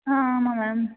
ஆ ஆமா மேம்